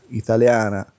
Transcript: italiana